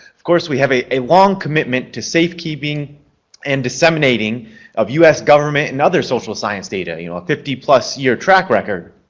of course, we have a a long commitment to safekeeping and disseminating of us government and other social science data, you know, a fifty plus year track record.